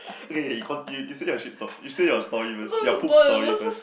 okay okay you con~ you you say your shit you say your story first your poop story first